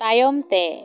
ᱛᱟᱭᱚᱢ ᱛᱮ